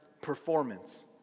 performance